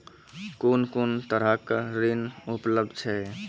कून कून तरहक ऋण उपलब्ध छै?